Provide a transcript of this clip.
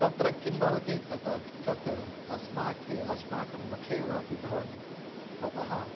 तत्र किं भवति तत् तत् अस्माकम् अस्माकं मुखे वापि भवति ततः